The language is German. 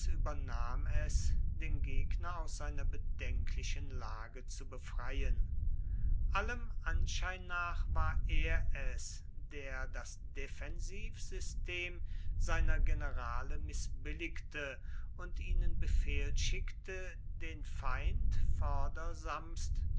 übernahm es den gegner aus seiner bedenklichen lage zu befreien allem anschein nach war er es der das defensivsystem seiner generale mißbilligte und ihnen befehl schickte den feind